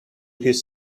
his